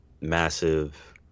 massive